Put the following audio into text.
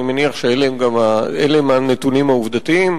אני מניח שאלה הם הנתונים העובדתיים,